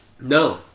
No